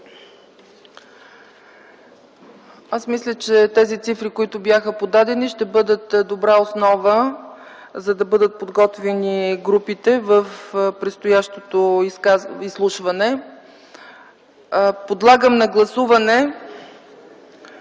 Аз мисля, че тези цифри, които бяха подадени, ще бъдат добра основа, за да бъдат подготвени групите в предстоящото изслушване. Само не